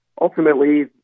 ultimately